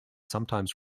sometimes